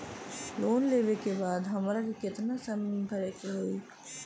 Loan लेवे के बाद हमरा के कितना समय मे भरे के होई?